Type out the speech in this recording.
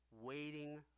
waiting